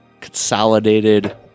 consolidated